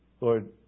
Lord